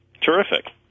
Terrific